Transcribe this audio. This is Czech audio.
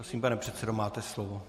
Prosím, pane předsedo, máte slovo.